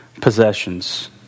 possessions